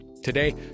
Today